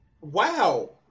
wow